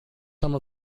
some